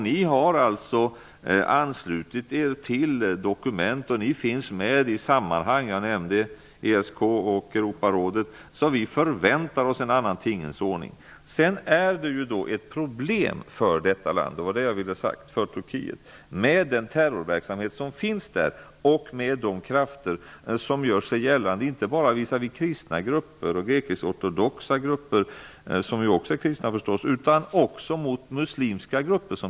De har anslutit sig till dokument och finns med i sammanhang som ESK och Europarådet. Därför förväntar vi oss en annan tingens ordning. Vidare är det ett problem för Turkiet med den terrorverksamhet som där finns med de krafter som gör sig gällande, inte bara visavi kristna grupper och grekisk-ortodoxa grupper -- de sistnämnda är naturligtvis också kristna -- utan också mot muslimska grupper.